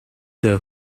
the